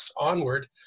onward